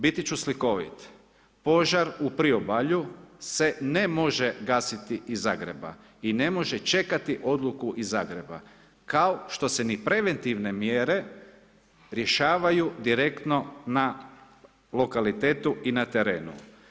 Biti ću slikovit, požar u priobalju se ne može gasiti iz Zagreba i ne može čekati odluku iz Zagreba kao što se ni preventivne mjere rješavaju direktno na lokalitetu i terenu.